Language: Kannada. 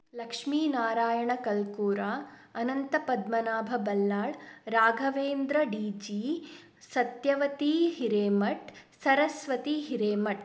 Lakshminarayana Kalkura Anantapadmanabha Ballal Raghavendra D G Satyavathi Hiremath Saraswati Hiremath